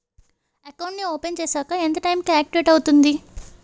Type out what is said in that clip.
Account నీ open చేశాక ఎంత టైం కి ఆక్టివేట్ అవుతుంది?